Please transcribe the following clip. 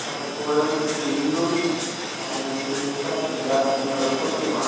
പലപ്പോഴും ഇന്നും അതിന് ചികിത്സയില്ല എന്നുള്ളത് സത്യമാണ്